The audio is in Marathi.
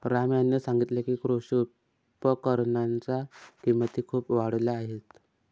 राम यांनी सांगितले की, कृषी उपकरणांच्या किमती खूप वाढल्या आहेत